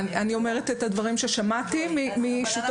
אני אומרת את הדברים ששמעתי משותפים.